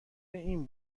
این